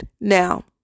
Now